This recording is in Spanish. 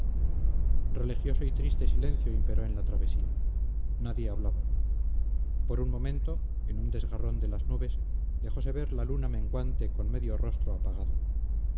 religioso y triste silencio imperó en la travesía nadie hablaba por un momento en un desgarrón de las nubes dejose ver la luna menguante con medio rostro apagado